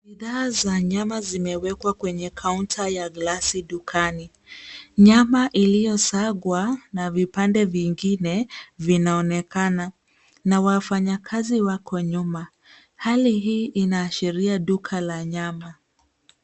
Bidhaa za nyama zimewekwa kwenye kaunta ya glasi dukani. Nyama iliyosagwa na vipande vingine vinaonekana, na wafanyakazi wako nyuma. Hali hii inaashiria duka la nyama.